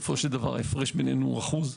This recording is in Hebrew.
ההפרש בינינו הוא אחוז.